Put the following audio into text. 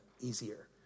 easier